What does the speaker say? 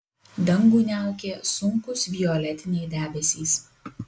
dangų niaukė sunkūs violetiniai debesys